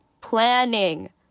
planning